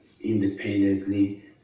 independently